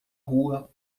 rua